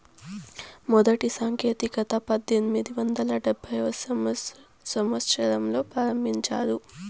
మొదటి సాంకేతికత పద్దెనిమిది వందల డెబ్భైవ సంవచ్చరంలో ప్రారంభించారు